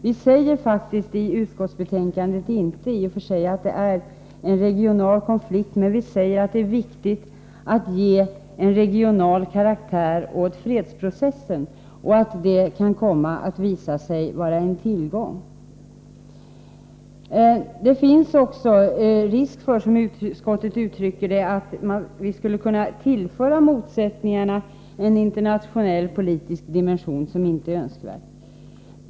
Vi säger faktiskt i utskottsbetänkandet i och för sig inte att det är en regional konflikt, men vi säger att det är viktigt att ge en regional karaktär åt fredsprocessen och att detta kan komma att visa sig vara en tillgång. Det finns också, som utskottet uttrycker det, risk för att vi skulle tillföra motsättningarna en internationell politisk dimension som inte är önskvärd.